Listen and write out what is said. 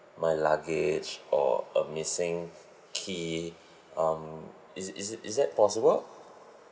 my luggage or a missing key um is is is that possible